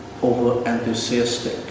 over-enthusiastic